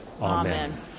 Amen